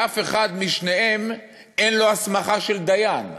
ואף אחד משניהם אין לו הסמכה של דיין,